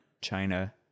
China